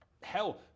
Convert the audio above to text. hell